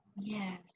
Yes